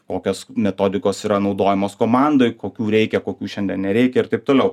kokios metodikos yra naudojamos komandoj kokių reikia kokių šiandien nereikia ir taip toliau